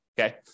Okay